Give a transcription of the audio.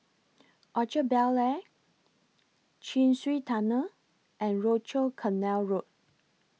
Orchard Bel Air Chin Swee Tunnel and Rochor Canal Road